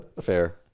fair